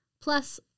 Plus